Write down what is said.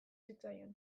zitzaion